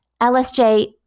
LSJ